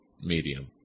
medium